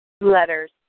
Letters